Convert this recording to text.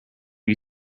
you